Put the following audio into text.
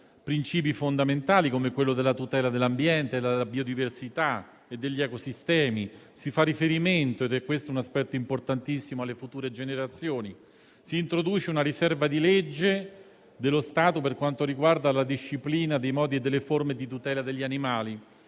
principi fondamentali, come quello della tutela dell'ambiente, della biodiversità e degli ecosistemi; si fa riferimento - e questo è un aspetto importantissimo - alle future generazioni; si introduce una riserva di legge dello Stato per quanto riguarda la disciplina dei modi e delle forme di tutela degli animali.